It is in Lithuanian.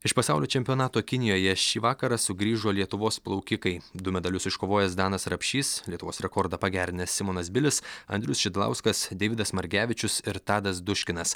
iš pasaulio čempionato kinijoje šį vakarą sugrįžo lietuvos plaukikai du medalius iškovojęs danas rapšys lietuvos rekordą pagerinęs simonas bilis andrius šidlauskas deividas margevičius ir tadas duškinas